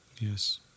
Yes